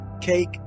cake